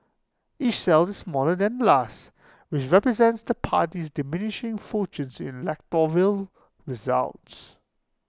each cell is smaller than the last which represents the party's diminishing fortunes in electoral results